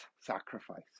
sacrifice